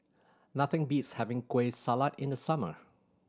nothing beats having Kueh Salat in the summer